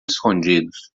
escondidos